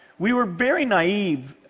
we were very naive,